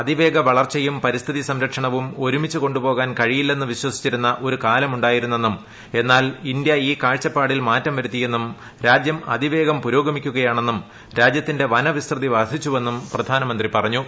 അതിവേഗ വളർച്ചയും പരിസ്ഥിത സംരക്ഷണവും ഒരുമിച്ചുകൊണ്ടു പോകാൻ കഴിയില്ലെന്ന് വിശ്വസിച്ചിരുന്ന ഒരു കാലമുണ്ടായിരുന്നെന്നും എന്നാൽ ഇന്ത്യ ഈ കാഴ്പ്പാടിൽ മാറ്റും വരുത്തിയെന്നും രാജ്യം അതിവേഗം പുരോഗമിക്കുകയാണെന്നും രാജ്യത്തിന്റെ വനവിസ്തൃതി വർദ്ധിച്ചുവെന്നും പ്രധാനമന്ത്രി പറഞ്ഞു